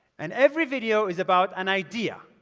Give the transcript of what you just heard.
and every video is about an idea.